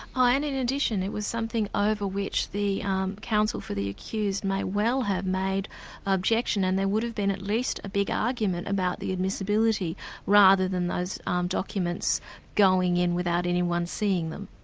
ah and in addition, it was something ah over which the counsel for the accused may well have made objection and there would have been at least a big argument about the admissibility rather than those um documents going in without anyone seeing them.